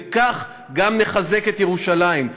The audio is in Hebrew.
וכך גם נחזק את ירושלים,